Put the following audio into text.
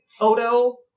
Odo